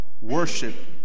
worship